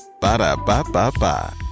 Ba-da-ba-ba-ba